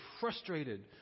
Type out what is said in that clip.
frustrated